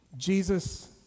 Jesus